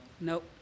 Nope